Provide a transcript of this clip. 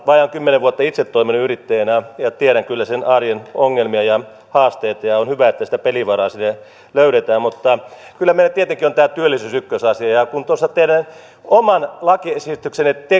vajaat kymmenen vuotta itse toiminut yrittäjänä ja tiedän kyllä sen arjen ongelmia ja haasteita ja ja on hyvä että sitä pelivaraa sinne löydetään mutta kyllä meillä on tietenkin tämä työllisyys ykkösasia ja ja kun tuossa teidän oman lakiesityksenne